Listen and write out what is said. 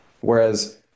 Whereas